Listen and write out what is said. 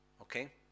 Okay